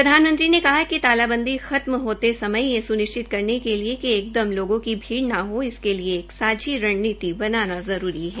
प्रधानमंत्री ने कहा कि तालांबदी खतम होते समय यह सुनिश्चित करने के लिए कि एक दम लोगों की भीड़ नहो इसके लिए एक सांझी रणनीति बनाना जरूरी है